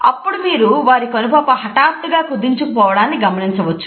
అప్పుడు మీరు వారి కనుపాప హఠాత్తుగా కుదించుకుపోవడాన్ని గమనించవచ్చు